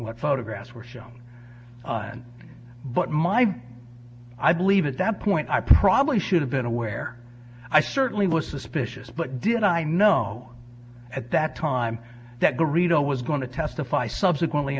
what photographs were shown on but my i believe at that point i probably should have been aware i certainly was suspicious but did i know at that time that the reader was going to testify subsequently